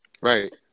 Right